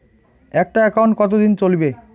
একটা একাউন্ট কতদিন চলিবে?